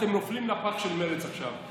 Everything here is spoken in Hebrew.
אתם נופלים לפח של מרצ עכשיו.